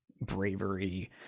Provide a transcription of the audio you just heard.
bravery